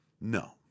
no